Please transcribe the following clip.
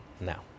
now